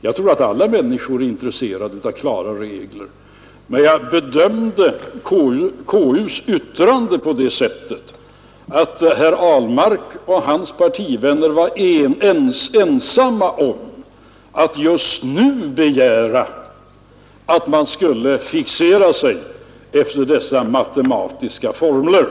Jag tror att alla människor är intresserade av klara regler, men jag bedömde konstitutionsutskottets yttrande på det sättet att herr Ahlmark och hans partivänner var ensamma om att just nu begära en fixering av reglerna efter vissa matematiska formler.